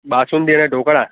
બાસુંદી અને ઢોકળા